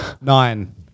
Nine